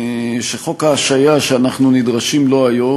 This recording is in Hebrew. שחוק ההשעיה שאנחנו נדרשים לו היום,